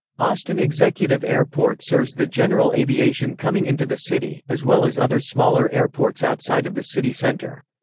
austin executive airport serves the general aviation coming into the city, as well as other smaller airports outside of the city center.